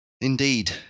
Indeed